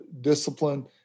discipline